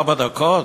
ארבע דקות?